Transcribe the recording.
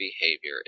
behavior